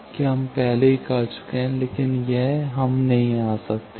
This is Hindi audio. कि हम पहले ही कर चुके हैं लेकिन यह एक हम नहीं आ सकते